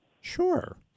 Sure